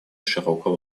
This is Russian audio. широкого